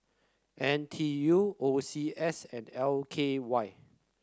N T U O C S and L K Y